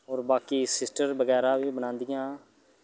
होर बाकी सिस्टर बगैरा बी बनादियां